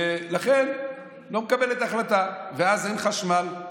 ולכן היא לא מקבלת החלטה, ואז אין חשמל.